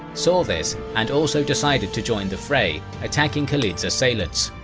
saw this and also decided to join the fray, attacking khalid's assailants.